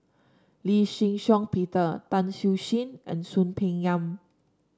Lee Shih Shiong Peter Tan Siew Sin and Soon Peng Yam